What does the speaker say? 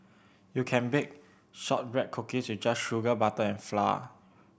you can bake shortbread cookies with just sugar butter and flour